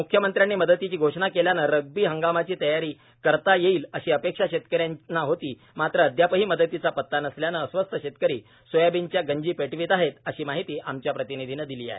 म्ख्यमंत्र्यांनी मदतीची घोषणा केल्याने रब्बी हंगामाची तरी तयारी करता येईल अशी अपेक्षा शेतकऱ्यांना होती मात्र अद्यापही मदतीचा पता नसल्याने अस्वस्थ शेतकरी सोयाबीनच्या गंजी पेटवीत आहेत अशी माहिती आमच्या प्रतिनिधीने दिली आहे